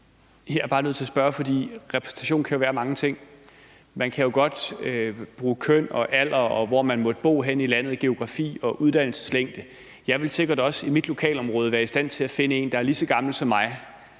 jeg er bare nødt til at spørge om noget. Repræsentation kan jo være mange ting. Man kan godt bruge køn, alder, og hvor man måtte bo henne i landet, geografi og uddannelseslængde. Jeg ville sikkert også i mit lokalområde være i stand til at finde en, der er lige så gammel som mig,